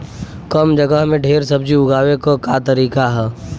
कम जगह में ढेर सब्जी उगावे क का तरीका ह?